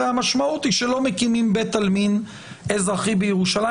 המשמעות היא הרי שלא מקימים בית עלמין אזרחי בירושלים.